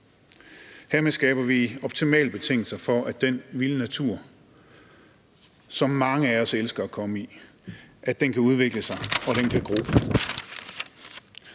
Hermed skaber vi optimale betingelser for, at den vilde natur, som mange af os elsker at komme i, kan udvikle sig og gro.